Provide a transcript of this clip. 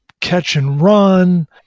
catch-and-run